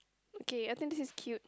okay I think this is cute